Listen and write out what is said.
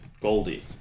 Goldie